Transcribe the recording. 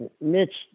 Mitch